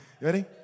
Ready